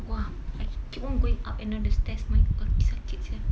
!wah! I keep on going up and down the stairs my kaki sakit sia